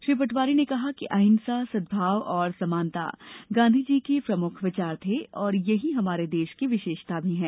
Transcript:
श्री पटवारी ने कहा कि अहिंसा सद्भाव और समानता गांधी जी के प्रमुख विचार थे और यही हमारे देश की विशेषता भी है